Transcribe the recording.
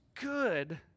good